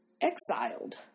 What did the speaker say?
exiled